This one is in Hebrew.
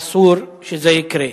אסור שזה יקרה.